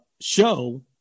show